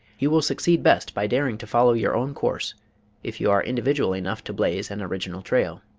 you will succeed best by daring to follow your own course if you are individual enough to blaze an original trail.